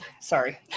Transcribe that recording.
sorry